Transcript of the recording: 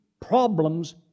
problems